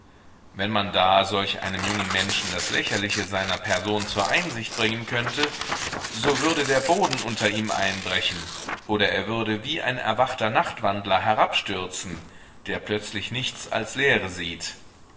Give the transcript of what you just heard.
wenn man da solch einem jungen menschen das lächerliche seiner person zur einsicht bringen könnte so würde der boden unter ihm einbrechen oder er würde wie ein erwachter nachtwandler herabstürzen der plötzlich nichts als leere sieht